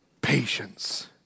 patience